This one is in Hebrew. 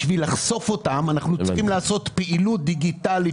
בשביל לחשוף אותם אנחנו צריכים לעשות פעילות דיגיטלית,